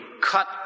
cut